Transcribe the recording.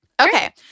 Okay